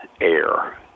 air